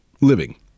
Living